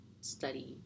study